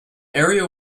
area